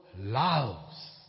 loves